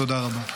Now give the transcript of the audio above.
תודה רבה.